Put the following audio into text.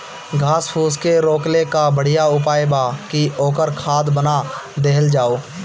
घास फूस के रोकले कअ बढ़िया उपाय बा कि ओकर खाद बना देहल जाओ